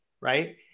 right